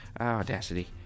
Audacity